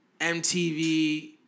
MTV